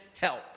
help